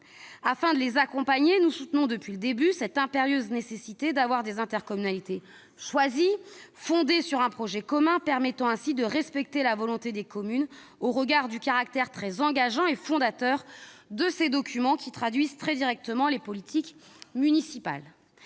Afin d'accompagner celles-ci, nous soutenons, depuis le début, l'impérieuse nécessité d'ériger uniquement des intercommunalités choisies, et fondées sur un projet commun, permettant ainsi de respecter la volonté des communes, au regard du caractère très engageant et fondateur de ces documents, qui traduisent très directement les politiques municipales.